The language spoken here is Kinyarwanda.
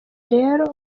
rero